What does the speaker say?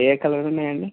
ఏ colour ఉన్నాయండి